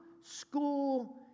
school